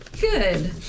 Good